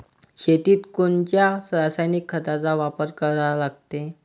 शेतीत कोनच्या रासायनिक खताचा वापर करा लागते?